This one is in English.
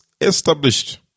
established